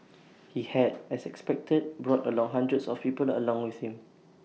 he had as expected brought along hundreds of people along with him